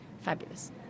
fabulous